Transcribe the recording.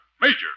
Major